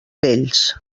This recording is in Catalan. vells